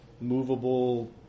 movable